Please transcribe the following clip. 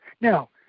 now